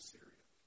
Syria